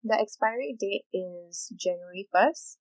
the expiry date is january first